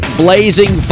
blazing